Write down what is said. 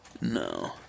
No